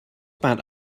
about